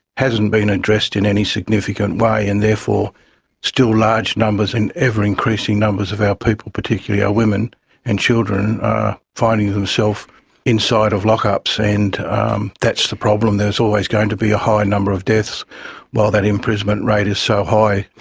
hasn't been addressed in any significant way, and therefore still large numbers, ever increasing numbers of our people, particularly our women and children, are finding themselves inside of lock-ups, and um that's the problem, there's always going to be a high number of deaths while that imprisonment rate is so high.